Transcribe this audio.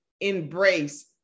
embrace